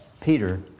Peter